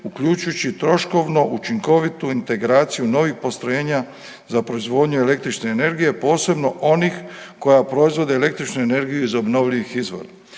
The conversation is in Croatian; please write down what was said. uključujući troškovno učinkovitu integraciju novih postrojenja za proizvodnju električne energije, posebno onih koja proizvode električnu energiju iz obnovljivih izvora.